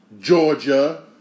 Georgia